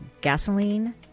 gasoline